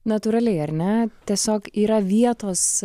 natūraliai ar ne tiesiog yra vietos